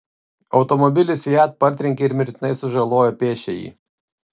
automobilis fiat partrenkė ir mirtinai sužalojo pėsčiąjį